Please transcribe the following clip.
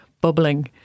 bubbling